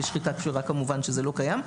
בשחיטה כשרה כמובן שזה לא קיים.